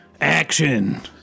Action